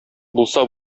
булса